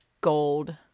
gold